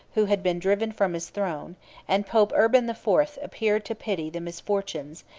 who had been driven from his throne and pope urban the fourth appeared to pity the misfortunes,